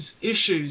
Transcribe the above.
issues